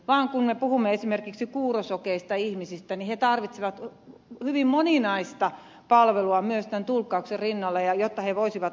kun me puhumme esimerkiksi kuurosokeista ihmisistä niin he tarvitsevat hyvin moninaista palvelua myös tämän tulkkauksen rinnalle jotta he voisivat osallistua